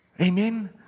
Amen